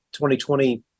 2020